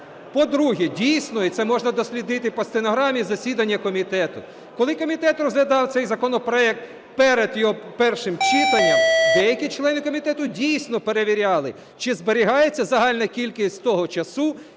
По-друге, дійсно, і це можна дослідити по стенограмі із засідання комітету, коли комітет розглядав цей законопроект перед першим читанням, деякі члени комітету дійсно перевіряли чи зберігається загальна кількість того часу,